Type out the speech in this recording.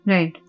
Right